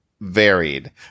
varied